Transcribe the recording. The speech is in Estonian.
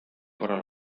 korral